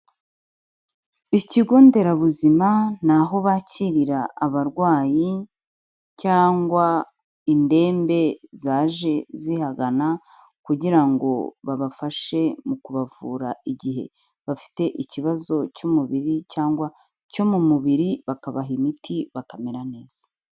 Ikigo nderabuzima ni aho bakirira abarwayi cyangwa indembe zaje zihagana kugira ngo babafashe mu kubavura igihe bafite ikibazo cy'umubiri cyangwa cyo mu mubiri, bakabaha imiti bakamera neza.